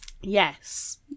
Yes